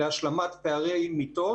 להשלמת פערי מיטות,